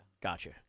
Gotcha